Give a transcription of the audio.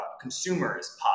consumer's